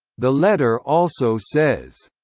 the letter also says,